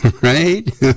right